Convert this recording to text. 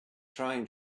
trying